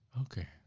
Okay